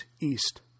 east